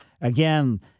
again